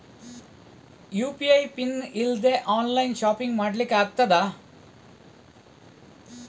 UPI PIN ಇಲ್ದೆ online shopping ಮಾಡ್ಲಿಕ್ಕೆ ಆಗ್ತದಾ?